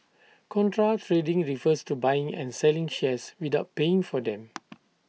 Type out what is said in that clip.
contra trading refers to buying and selling shares without paying for them